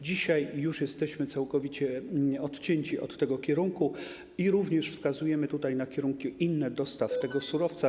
Dzisiaj już jesteśmy całkowicie odcięci od tego kierunku i również wskazujemy tutaj na inne kierunki dostaw tego surowca.